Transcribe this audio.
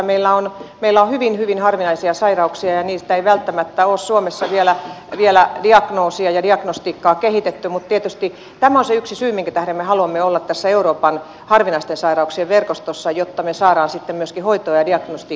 meillä on hyvin hyvin harvinaisia sairauksia ja niistä ei välttämättä ole suomessa vielä diagnoosia ja diagnostiikkaa kehitetty mutta tietysti tämä on se yksi syy minkä tähden me haluamme olla tässä euroopan harvinaisten sairauksien verkostossa jotta me saamme sitten myöskin hoitoon ja diagnostiikkaan apua